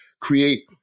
create